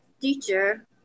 teacher